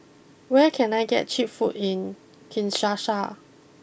where can I get cheap food in Kinshasa